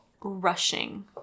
Rushing